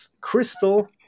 crystal